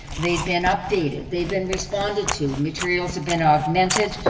they've been updated, they've been responded to, materials have been augmented